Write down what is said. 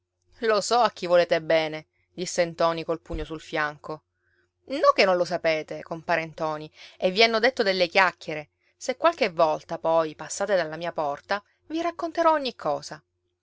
lo so a chi volete bene disse ntoni col pugno sul fianco no che non lo sapete compare ntoni e vi hanno detto delle chiacchiere se qualche volta poi passate dalla mia porta vi racconterò ogni cosa